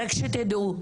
רק שתדעו,